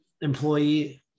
employee